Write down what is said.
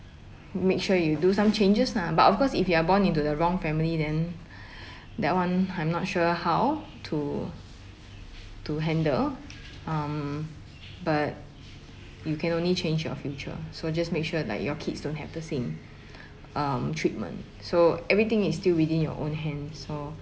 m~ make sure you do some changes lah but of course if you are born into the wrong family then that one I'm not sure how to to handle um but you can only change your future so just make sure like your kids don't have the same um treatment so everything is still within your own hand so